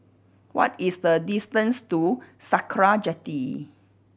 what is the distance to Sakra Jetty